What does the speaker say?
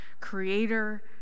creator